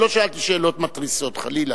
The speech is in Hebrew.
אני לא שאלתי שאלות מתריסות, חלילה.